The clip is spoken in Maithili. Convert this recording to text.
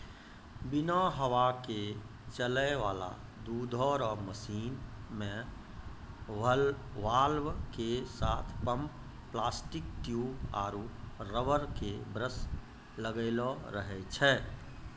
बिना हवा के चलै वाला दुधो रो मशीन मे वाल्व के साथ पम्प प्लास्टिक ट्यूब आरु रबर के ब्रस लगलो रहै छै